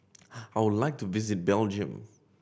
I would like to visit Belgium